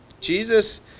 Jesus